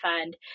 Fund